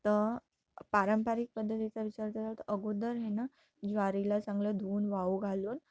तर पारंपरिक पद्धतीचा विचार तर अगोदर हे ना ज्वारीला चांगलं धुवून वाऊ घालून